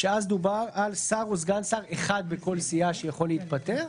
כשאז דובר על שר או סגן שר אחד בכל סיעה שיכול להתפטר,